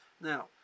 Now